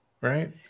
right